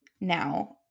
now